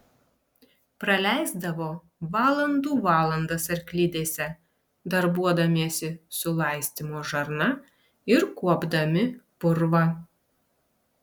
praleisdavo valandų valandas arklidėse darbuodamiesi su laistymo žarna ir kuopdami purvą